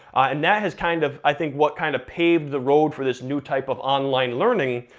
and that has, kind of i think what kind of paved the road for this new type of online learning,